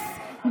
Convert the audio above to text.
Yes,